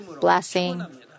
blessing